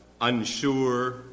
unsure